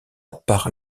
par